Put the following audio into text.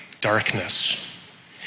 darkness